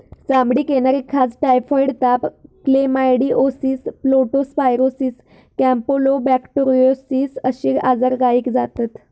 चामडीक येणारी खाज, टायफॉइड ताप, क्लेमायडीओसिस, लेप्टो स्पायरोसिस, कॅम्पलोबेक्टोरोसिस अश्ये आजार गायीक जातत